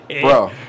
bro